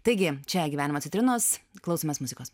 taigi čia gyvenimo citrinos klausomės muzikos